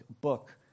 book